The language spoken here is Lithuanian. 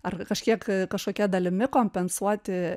ar kažkiek kažkokia dalimi kompensuoti